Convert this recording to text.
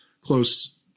close